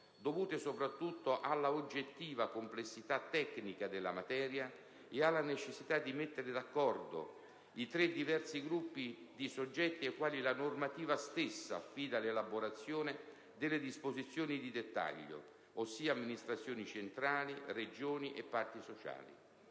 dovute soprattutto alla oggettiva complessità tecnica della materia e alla necessità di mettere d'accordo i tre diversi gruppi di soggetti ai quali la normativa stessa affida l'elaborazione delle disposizioni di dettaglio, ossia amministrazioni centrali, Regioni e parti sociali.